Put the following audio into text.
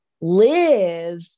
live